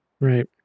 Right